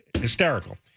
hysterical